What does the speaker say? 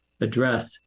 address